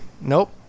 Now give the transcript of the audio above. Nope